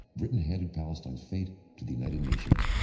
britain handed palestine's fate to the united nations,